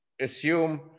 assume